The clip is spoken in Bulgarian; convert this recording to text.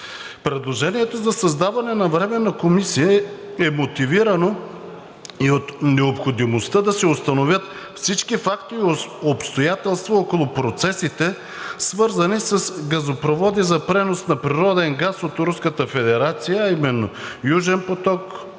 Предложението за създаване на Временна комисия е мотивирано и от необходимостта да се установят всички факти, обстоятелства около процесите, свързани с газопроводи за пренос на природен газ от Руската федерация, а именно Южен поток,